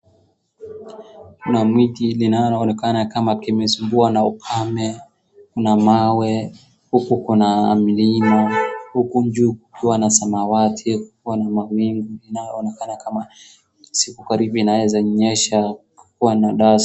Kuna mti unaoonekana kama umesumbuliwa na ukame, kuna mawe, huku kuna mlima, huku juu kukiwa na samawati kukiwa na mawingu inayonekana kama siku karibu inaeza nyesha kukiwa na dasa.